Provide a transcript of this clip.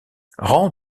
rends